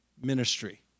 ministry